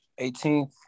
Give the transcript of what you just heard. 18th